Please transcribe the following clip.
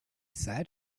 said